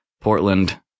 Portland